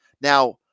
Now